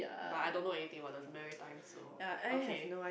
but I don't know anything about the maritime so okay